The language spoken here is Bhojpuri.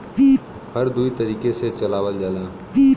हर दुई तरीके से चलावल जाला